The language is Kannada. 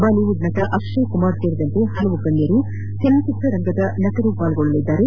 ಬಾಲಿವುಡ್ ನಟ ಅಕ್ಷಯ್ ಕುಮಾರ್ ಸೇರಿದಂತೆ ಹಲವಾರು ಗಣ್ಣರು ಚಲನಚಿತ್ರ ನಟರು ಪಾಲ್ಗೊಳ್ಳಲಿದ್ದಾರೆ